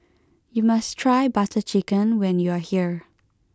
you must try Butter Chicken when you are here